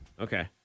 Okay